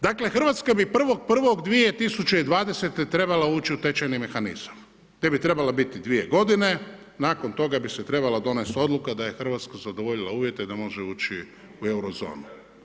Dakle Hrvatska bi 1.1.2020. trebala ući u tečajni mehanizam gdje bi trebala biti dvije godine, nakon toga bi se trebala donest odluka da je Hrvatska zadovoljila uvjete, da može ući u Euro zonu.